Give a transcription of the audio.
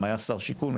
גם היה שר שיכון,